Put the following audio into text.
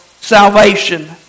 salvation